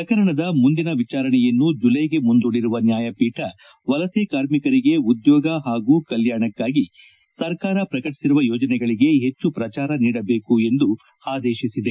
ಪ್ರಕರಣದ ಮುಂದಿನ ವಿಚಾರಣೆಯನ್ನು ಜುಲೈಗೆ ಮುಂದೂಡಿರುವ ನ್ಯಾಯಪೀಠ ವಲಸೆ ಕಾರ್ಮಿಕರಿಗೆ ಉದ್ಯೋಗ ಹಾಗೂ ಕಲ್ಲಾಣಕ್ಕಾಗಿ ಸರ್ಕಾರ ಪ್ರಕಟಿಸಿರುವ ಯೋಜನೆಗಳಿಗೆ ಹೆಚ್ಚು ಪ್ರಚಾರ ನೀಡಬೇಕು ಎಂದು ಆದೇಶಿಸಿದೆ